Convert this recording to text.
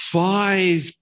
five